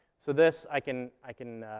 so this, i can i can